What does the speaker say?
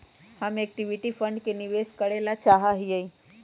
हम equity fund में निवेश करे ला चाहा हीयी